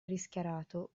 rischiarato